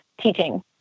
teaching